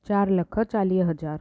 चारि लख चालीह हज़ार